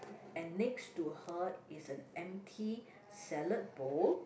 and next to her is an empty salad bowl